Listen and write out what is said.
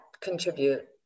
contribute